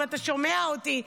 אם אתה שומע אותי,